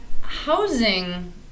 housing